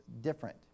different